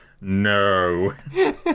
No